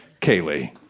Kaylee